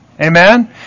Amen